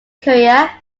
career